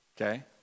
Okay